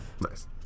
Nice